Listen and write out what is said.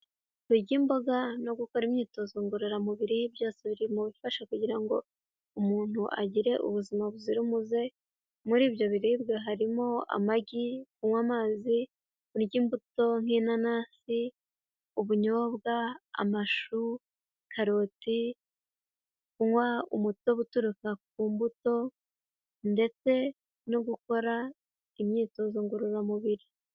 Kurya imboga no gukora imyitozo ngororamubiri byose biri mu bifasha kugira ngo umuntu agire ubuzima buzira umuze, muri ibyo biribwa harimo amagi, kunywa amazi, kurya imbuto nk'inanasi, ubunyobwa, amashu, karoti, kunywa umutobe uturuka ku mbuto ndetse no gukora imyitozo ngororamubiri.